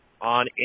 on